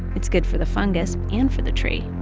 it's good for the fungus and for the tree.